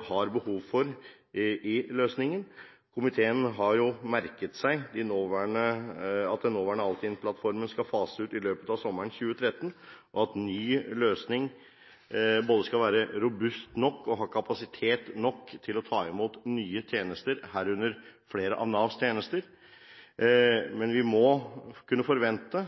har behov for i løsningen. Komiteen har merket seg at den nåværende Altinn-plattformen skal fases ut i løpet av sommeren 2013, og at ny løsning både skal være robust nok og ha kapasitet nok til å ta imot nye tjenester – herunder flere av Navs tjenester. Men vi må kunne forvente